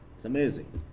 it's amazing.